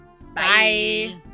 Bye